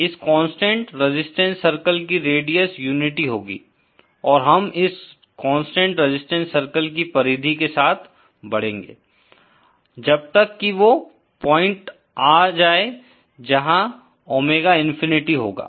इस constant resistance circle की radius unity होगी और हम इस कांस्टेंट रेजिस्टेंस सर्किल की परिधि के साथ बढ़ेंगे जब तक कि वो पॉइंट आ जाये जहाँ ओमेगा इंफिनिटी होगा